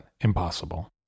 impossible